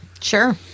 Sure